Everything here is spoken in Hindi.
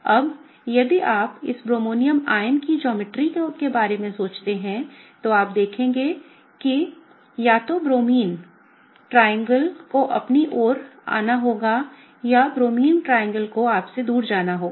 अब यदि आप इस ब्रोमोनियम आयन की ज्यामिति के बारे में सोचते हैं तो आप देखेंगे कि या तो ब्रोमीन त्रिकोण को आपकी ओर आना होगा या ब्रोमीन त्रिकोण को आपसे दूर जाना होगा